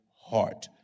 heart